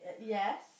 Yes